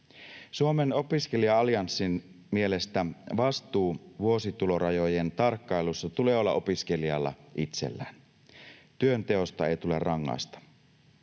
Suomen Opiskelija-Allianssin mielestä vastuu vuositulorajojen tarkkailussa tulee olla opiskelijalla itsellään. Työnteosta ei tule rangaista.